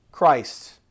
Christ